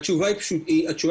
התשובה היא כזאת,